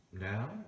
now